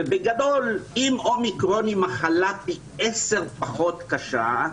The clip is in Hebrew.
ובגדול, אם אומיקרון היא מחלה פי עשרה פחות קשה,